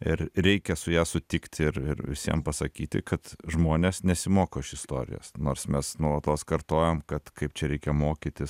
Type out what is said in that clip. ir reikia su ja sutikti ir ir visiem pasakyti kad žmonės nesimoko iš istorijos nors mes nuolatos kartojam kad kaip čia reikia mokytis